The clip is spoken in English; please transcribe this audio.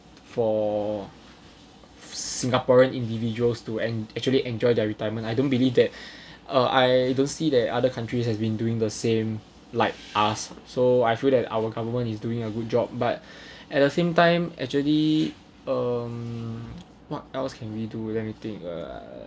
for singaporean individuals to en~ actually enjoy their retirement I don't believe that I don't see that other countries has been doing the same like us so I feel that our government is doing a good job but at the same time actually um what else can we do anything err